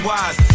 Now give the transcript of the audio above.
Wise